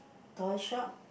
toy shop